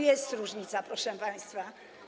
Jest różnica, proszę państwa.